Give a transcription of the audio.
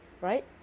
right